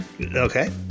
Okay